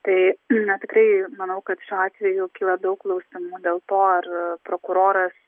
tai na tikrai manau kad šiuo atveju kyla daug klausimų dėl to ar prokuroras